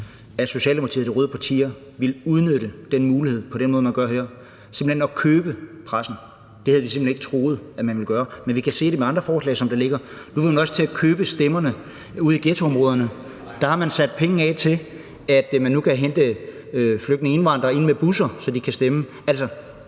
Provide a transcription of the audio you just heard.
havde aldrig troet, at Socialdemokratiet og de røde partier ville udnytte den mulighed på den måde, man gør her, altså simpelt hen at købe pressen. Det havde vi simpelt hen ikke troet man ville gøre. Men vi kan se det med andre forslag, der ligger, for nu vil man også til at købe stemmerne ude i ghettoområderne. Der har man sat penge af til, at man nu kan hente flygtninge/indvandrere ind med busser, så de kan stemme.